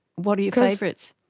what are your favourites?